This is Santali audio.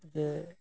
ᱡᱮ